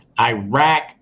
Iraq